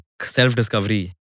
self-discovery